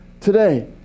today